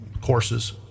courses